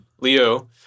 Leo